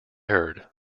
heard